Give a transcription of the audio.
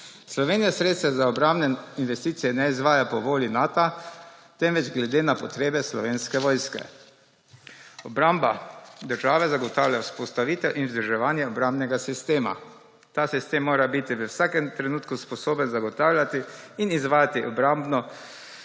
Slovenija sredstva za obrambne investicije ne izvaja po volji Nata, temveč glede na potrebe Slovenske vojske. Obramba države zagotavlja vzpostavitev in vzdrževanje obrambnega sistema. Ta sistem mora biti v vsakem trenutku sposoben zagotavljati in izvajati obrambo